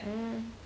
mm